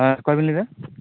ᱦᱮᱸ ᱚᱠᱚᱭ ᱵᱮᱱ ᱞᱟᱹᱭᱮᱫᱟ